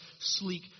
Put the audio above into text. sleek